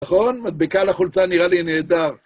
נכון? מדבקה על החולצה נראה לי נהדר.